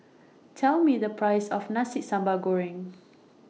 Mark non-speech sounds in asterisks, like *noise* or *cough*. Tell Me The Price of Nasi Sambal Goreng *noise*